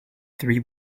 three